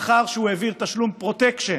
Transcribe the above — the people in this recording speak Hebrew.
לאחר שהוא העביר תשלום פרוטקשן